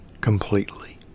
completely